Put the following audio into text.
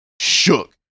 shook